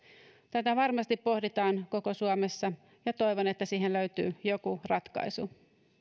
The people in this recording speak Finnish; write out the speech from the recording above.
tätä varmasti pohditaan koko suomessa ja toivon että siihen löytyy joku ratkaisu